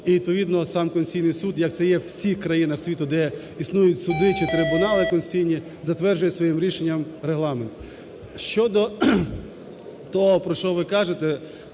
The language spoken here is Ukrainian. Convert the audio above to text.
І відповідно сам Конституційний Суд, як це є у всіх країнах світу, де існують суди чи трибунали конституційні, затверджує своїм рішенням регламент. Щодо того, про що ви кажете,